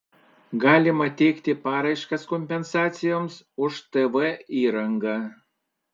galima teikti paraiškas kompensacijoms už tv įrangą